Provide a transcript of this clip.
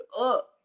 up